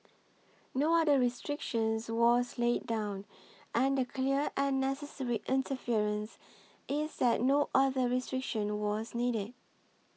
no other restriction was laid down and the clear and necessary inference is that no other restriction was needed